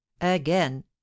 again